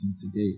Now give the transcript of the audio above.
today